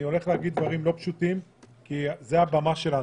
אני הולך להגיד דברים לא פשוטים כי זו הבמה שלנו.